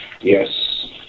Yes